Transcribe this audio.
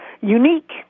Unique